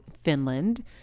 Finland